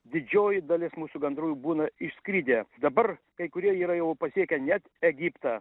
didžioji dalis mūsų gandrų jau būna išskridę dabar kai kurie yra jau pasiekę net egiptą